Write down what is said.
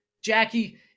Jackie